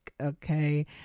Okay